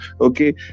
okay